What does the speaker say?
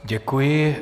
Děkuji.